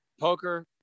poker